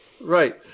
Right